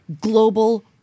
global